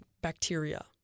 bacteria